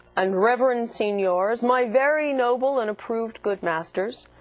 and reverend signiors, my very noble and approved good masters,